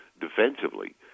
defensively